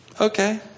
Okay